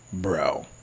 bro